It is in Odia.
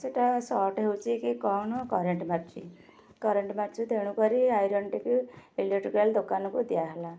ସେଟା ସର୍ଟ ହେଉଛି କି କ'ଣ କରେଣ୍ଟ ମାରୁଛି କରେଣ୍ଟ ମାରୁଛି ତେଣୁ କରି ଆଇରନ୍ ଟିକି ଇଲେକ୍ଟ୍ରିକାଲ୍ ଦୋକାନକୁ ଦିଆହେଲା